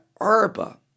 Arba